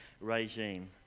regime